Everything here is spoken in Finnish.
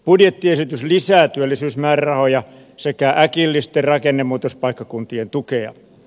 budjettiesitys lisää työllisyysmäärärahoja sekä äkillisten rakennemuutospaikkakuntien tukea